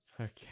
Okay